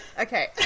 Okay